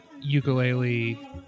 ukulele